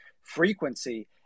frequency